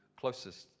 closest